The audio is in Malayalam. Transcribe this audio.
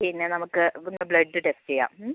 പിന്ന നമുക്ക് ഒന്ന് ബ്ലഡ് ടെസ്റ്റ് ചെയ്യാം